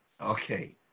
Okay